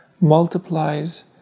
multiplies